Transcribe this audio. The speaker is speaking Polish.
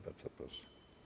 Bardzo proszę.